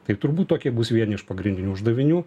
tai turbūt tokie bus vieni iš pagrindinių uždavinių